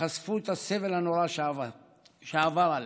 חשפו את הסבל הנורא שעבר עליה.